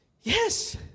Yes